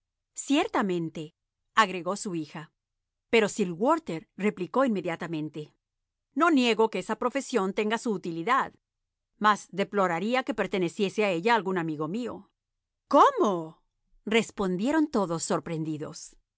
última ciertamenteagregó su hija pero sir walter replicó inmediatamente no niego que esa profesión tenga su utilidad mas deploraría que perteneciese a ella algún amigo mío cómo respondieron todos sorprendidos